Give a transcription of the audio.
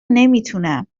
نمیتونم